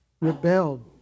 rebelled